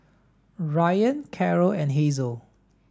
Ryann Caro and Hazel